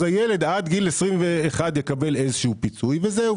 אז הילד עד גיל 21 יקבל איזה שהוא פיצוי וזהו,